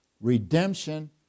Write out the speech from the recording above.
Redemption